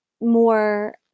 more